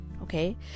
okay